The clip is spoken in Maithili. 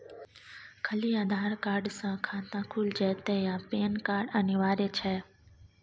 खाली आधार कार्ड स खाता खुईल जेतै या पेन कार्ड अनिवार्य छै?